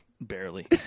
Barely